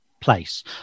place